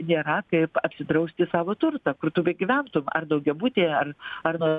nėra kaip apsidrausti savo turtą ku tu begyventum ar daugiabutyje ar ar